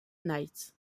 knights